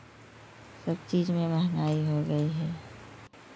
सब चीज़ में महँगाई हो गई है